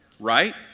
Right